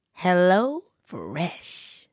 HelloFresh